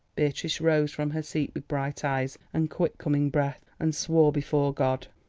beatrice rose from her seat with bright eyes and quick-coming breath, and swore before god,